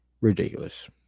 Ridiculous